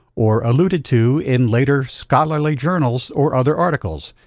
or alluded to in later scholarly journals or other articles,